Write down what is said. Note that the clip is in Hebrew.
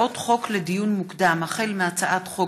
לדיון מוקדם, החל בהצעת חוק